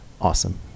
awesome